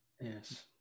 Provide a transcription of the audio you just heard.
Yes